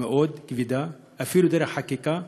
מאוד כבדה, אפילו דרך חקיקה,